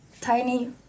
tiny